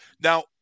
now